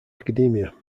academia